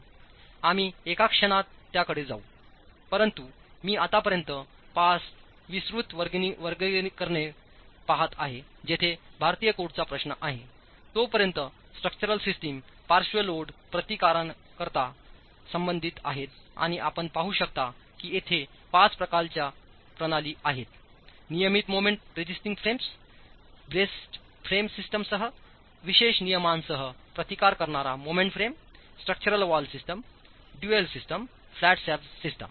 आम्ही एका क्षणात त्याकडे जाऊ परंतु मीआतापर्यंत 5 विस्तृत वर्गीकरणेपहात आहे जिथेभारतीय कोडचा प्रश्न आहे तोपर्यंत स्ट्रक्चरल सिस्टम पार्श्व लोड प्रतिकारांकरिता संबंधित आहेत आणि आपण पाहू शकता की येथे 5 प्रकारच्या प्रणाली आहेत नियमित मोमेंट रेसिस्टिंग फ्रेम्सब्रेसीड फ्रेम सिस्टीमसहविशेष नियमांसह प्रतिकार करणारा moment frame structural wall system dual system flat slab system